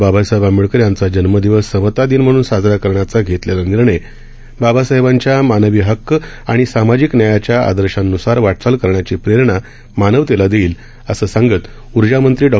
बाबासाहेब आंबेडकर यांचा जन्मदिवस समता दिन म्हणून साजरा करण्याचा घेतलेला निर्णय बाबासाहेबांच्या मानवी हक्क आणि सामाजिक न्यायाच्या आदर्शान्सार वा चाल करण्याची प्रेरणा मानवतेला देईल असं सांगत ऊर्जामंत्री डॉ